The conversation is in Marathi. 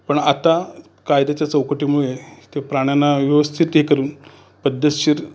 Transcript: पण आत्ता कायद्याच्या चौकटीमुळे ते प्राण्यांना व्यवस्थित ते करून पद्धतशीर